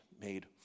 made